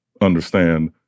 understand